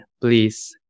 please